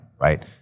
right